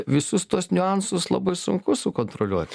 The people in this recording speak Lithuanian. visus tuos niuansus labai sunku sukontroliuot